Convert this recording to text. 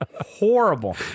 horrible